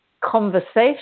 conversation